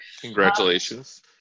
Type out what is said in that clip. Congratulations